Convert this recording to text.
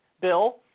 bill